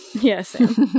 Yes